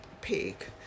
pick